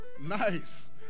Nice